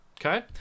Okay